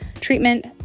treatment